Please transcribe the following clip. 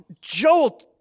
Joel